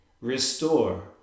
Restore